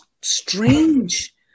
strange